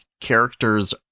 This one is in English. characters